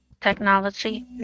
technology